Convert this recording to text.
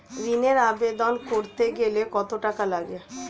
ঋণের আবেদন করতে গেলে কত টাকা লাগে?